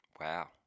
Wow